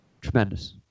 Tremendous